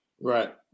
Right